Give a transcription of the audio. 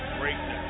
Greatness